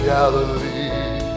Galilee